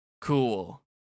Cool